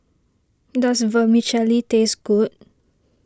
does Vermicelli taste good